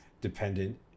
dependent